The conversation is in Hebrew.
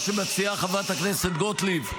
מה שמציעה חברת הכנסת גוטליב,